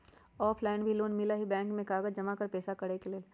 Offline भी loan मिलहई bank में कागज जमाकर पेशा करेके लेल?